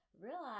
Realize